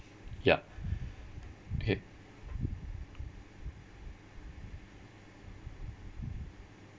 ya okay